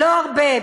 לא הרבה,